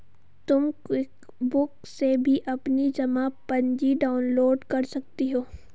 तुम क्विकबुक से भी अपनी जमा पर्ची डाउनलोड कर सकती हो